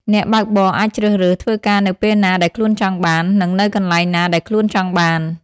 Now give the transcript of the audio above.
អ្នកបើកបរអាចជ្រើសរើសធ្វើការនៅពេលណាដែលខ្លួនចង់បាន និងនៅកន្លែងណាដែលខ្លួនចង់បាន។